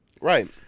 Right